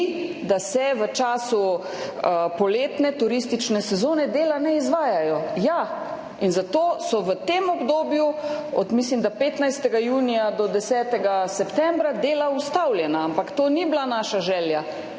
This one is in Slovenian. da se v času poletne turistične sezone dela ne izvajajo. Ja, in zato so v tem obdobju, mislim da od 15. junija do 10. septembra dela ustavljena, ampak to ni bila naša želja,